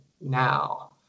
now